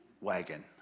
wagon